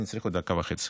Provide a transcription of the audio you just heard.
אני צריך עוד דקה וחצי.